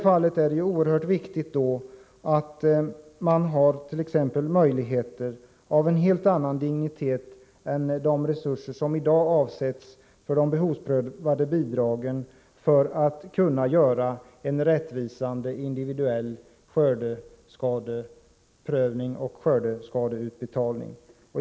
Det är oerhört viktigt att man t.ex. för att kunna göra en rättvisande individuell skördeskadeprövning och utbetalning av skördeskademedel får resurser av en helt annan dignitet än de som i dag avsätts till de behovsprövade bidragen.